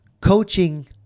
coaching